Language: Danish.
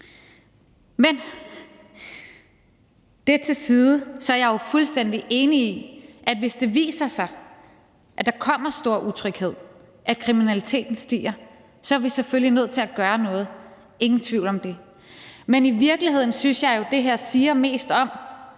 med det til side er jeg jo fuldstændig enig i, at hvis det viser sig, at der kommer stor utryghed, og at kriminaliteten stiger, så er vi selvfølgelig nødt til at gøre noget – ingen tvivl om det. Men i virkeligheden synes jeg jo, at det her siger mest om,